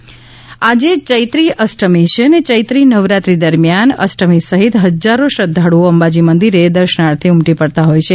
અંબાજી નવરાત્રી આજે ચૈત્રી અષ્ટમી છે ને ચૈત્રી નવરાત્રી દરમીયાન અષ્ટમી સહીત હજ્જારો શ્રદ્ધાળુંઓ અંબાજી મંદિરે દર્શનાર્થે ઉમટી પડતાં હોય છે